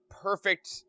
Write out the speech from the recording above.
perfect